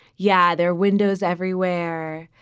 yeah, they're windows everywhere.